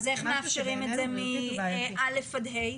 איך מאפשרים את זה מכיתות א' עד ה'?